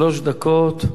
שלוש דקות.